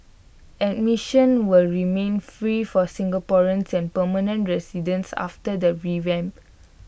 admission will remain free for Singaporeans and permanent residents after the revamp